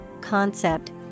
concept